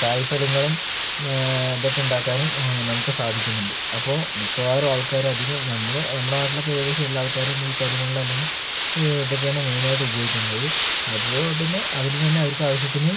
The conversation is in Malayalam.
കായ് ഫലങ്ങളും ഇതൊക്കെ ഉണ്ടാക്കാനും നമുക്ക് സാധിക്കുന്നുണ്ട് അപ്പോൾ മിക്കവാറും ആൾക്കാരധികം നമ്മള് നമ്മുടെ നാട്ടിലൊക്കെ ഏകദേശം എല്ലാ ആൾക്കാരും ഈ കരിമണല് അല്ലെങ്കിൽ ഇതൊക്കെയാണ് മെയ്നായിട്ട് ഉപയോഗിക്കുന്നത് അതുകൊണ്ടുവന്ന് അതില് തന്നെ അവർക്ക് ആവശ്യത്തിന്